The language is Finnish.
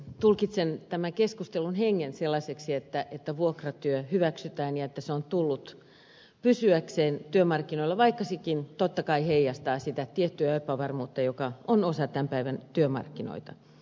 tulkitsen tämän keskustelun hengen sellaiseksi että vuokratyö hyväksytään ja että se on tullut pysyäkseen työmarkkinoille vaikka sekin totta kai heijastaa sitä tiettyä epävarmuutta joka on osa tämän päivän työmarkkinoita